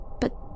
But